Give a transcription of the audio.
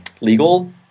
legal